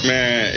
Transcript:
Man